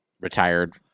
retired